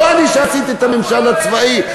לא אני שעשיתי את הממשל הצבאי,